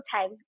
time